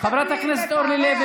חברת הכנסת אורלי לוי,